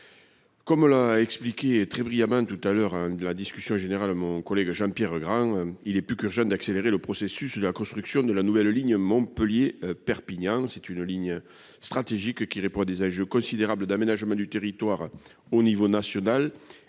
Comme l'a expliqué très brillamment tout à l'heure de la discussion générale, mon collègue Jean-Pierre Grin, il est plus qu'urgent d'accélérer le processus de la construction de la nouvelle ligne Montpellier-Perpignan, c'est une ligne stratégique qui répond à des âges considérable d'aménagement du territoire au niveau national